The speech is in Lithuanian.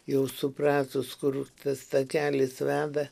jau supratus kur tas takelis veda